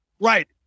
Right